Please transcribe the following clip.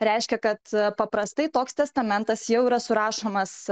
reiškia kad paprastai toks testamentas jau yra surašomas